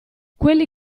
quelli